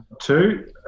two